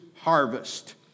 harvest